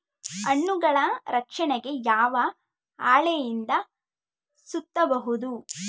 ಹಣ್ಣುಗಳ ರಕ್ಷಣೆಗೆ ಯಾವ ಹಾಳೆಯಿಂದ ಸುತ್ತಬಹುದು?